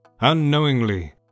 Unknowingly